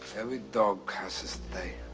every dog has his day,